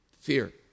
fear